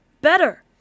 better